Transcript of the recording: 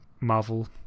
Marvel